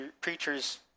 preachers